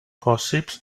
gossips